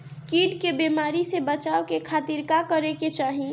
कीट के बीमारी से बचाव के खातिर का करे के चाही?